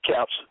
caps